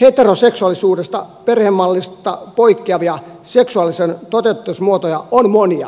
heteroseksuaalisesta perhemallista poikkeavia seksuaalisuuden toteutusmuotoja on monia